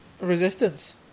Resistance